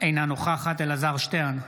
אינה נוכחת אלעזר שטרן,